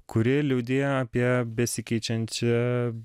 kuri liudija apie besikeičiančią